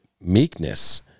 meekness